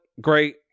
great